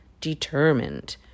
determined